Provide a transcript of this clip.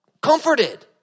Comforted